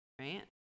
right